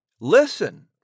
listen